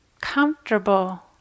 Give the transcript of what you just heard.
comfortable